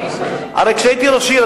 הרי כשהייתי ראש עיר,